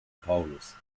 paulus